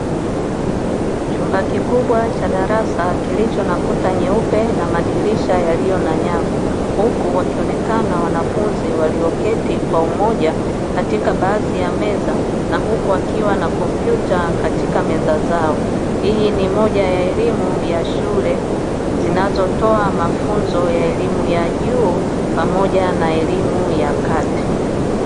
Chumba kikubwa cha darasa kilicho na kuta nyeupe na madirisha yaliyo na nyavu, huku wakionekana wanafunzi walioketi kwa umoja katika baadhi ya meza na huku wakiwa na kompyuta katika meza zao, hii ni moja ya elimu ya shule zinazotoa mafunzo ya elimu ya juu pamoja na elimu ya kati.